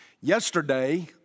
Yesterday